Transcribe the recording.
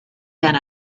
than